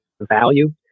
value